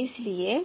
इसलिए